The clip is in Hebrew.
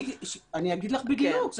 אני אגיד לך בדיוק.